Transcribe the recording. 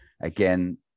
again